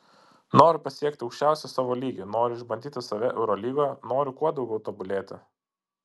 noriu pasiekti aukščiausią savo lygį noriu išbandyti save eurolygoje noriu kuo daugiau tobulėti